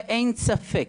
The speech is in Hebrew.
ואין ספק,